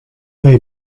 they